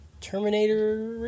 Terminator